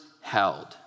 held